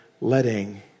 letting